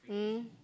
mm